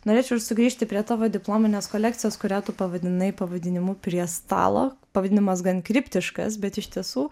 norėčiau ir sugrįžti prie tavo diplominės kolekcijos kurią tu pavadinai pavadinimu prie stalo pavadinimas gan kriptiškas bet iš tiesų